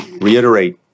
reiterate